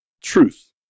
truth